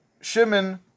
Shimon